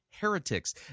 heretics